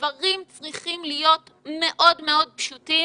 הדברים צריכים להיות מאוד פשוטים